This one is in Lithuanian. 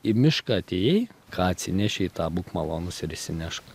į mišką atėjai ką atsinešei tą būk malonus ir išsinešk